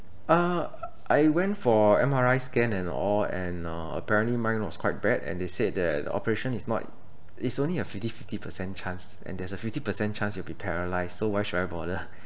uh I went for M_R_I scan and all and uh apparently mine was quite bad and they said that operation is not it's only a fifty fifty percent chance and there's a fifty percent chance you'll be paralysed so why should I bother